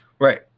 Right